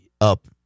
up